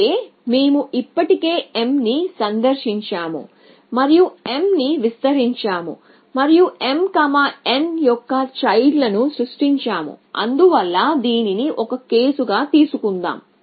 అంటే మేము ఇప్పటికే m ని సందర్శించాము మరియు m ని విస్తరించాము మరియు mn యొక్క చైల్డ్ లను సృష్టించాము అందువల్ల దీనిని ఒక కేసుగా తీసుకుందాం